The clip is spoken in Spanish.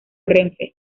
renfe